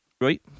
right